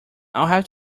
have